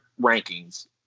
rankings